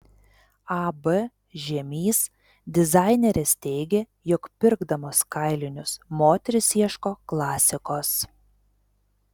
ab žiemys dizainerės teigė jog pirkdamos kailinius moterys ieško klasikos